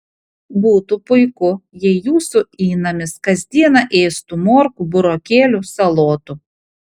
būtų puiku jei jūsų įnamis kas dieną ėstų morkų burokėlių salotų